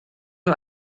nhw